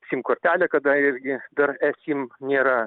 sim kortelė kada irgi dar esim nėra